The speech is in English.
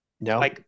No